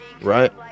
Right